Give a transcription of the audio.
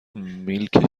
میلک